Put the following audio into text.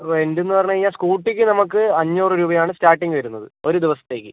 rent എന്നു പറഞ്ഞ് കയിഞ്ഞാൽ സ്കൂട്ടിക്ക് നമ്മൾക്ക് അഞ്ഞൂറ് രൂപ ആണ് സ്റ്റാർട്ടിംഗ് വരുന്നത് ഒരു ദിവസത്തേക്ക്